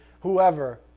whoever